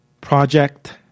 project